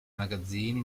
magazzini